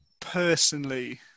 personally